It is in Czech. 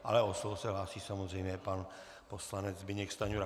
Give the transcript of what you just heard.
Ale o slovo se hlásí samozřejmě pan poslanec Zbyněk Stanjura.